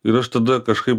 ir aš tada kažkaip